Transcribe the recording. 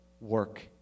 work